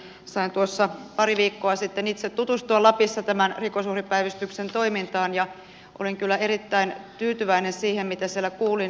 sain tuossa pari viikkoa sitten itse tutustua lapissa tämän rikosuhripäivystyksen toimintaan ja olin kyllä erittäin tyytyväinen siihen mitä siellä kuulin